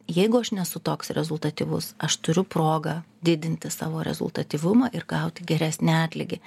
jeigu aš nesu toks rezultatyvus aš turiu progą didinti savo rezultatyvumą ir gauti geresnį atlygį